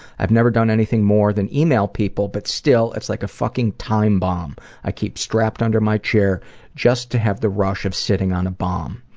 i've never done anything more than email people but still it's like a fucking time bomb i keep strapped under my chair just to have the rush of sitting on a bomb.